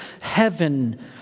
heaven